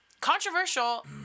Controversial